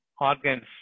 organs